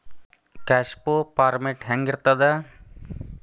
Cash flow format ಹೆಂಗಿರ್ತದ?